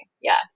Yes